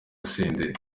senderi